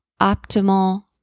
optimal